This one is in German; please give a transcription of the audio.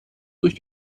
durch